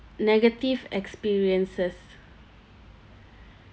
negative experiences